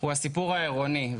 הוא הסיפור העירוני,